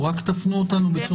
תפנו אותנו.